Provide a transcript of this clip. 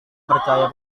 percaya